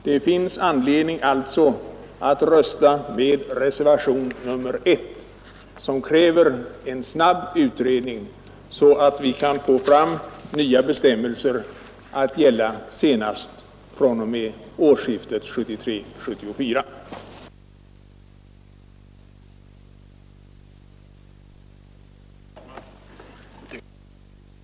Det finns alltså anledning att rösta med vår reservation, nr 1, som kräver en snabb utredning, så att vi kan få fram nya bestämmelser att gälla senast fr.o.m. årsskiftet 1973-1974.